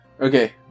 Okay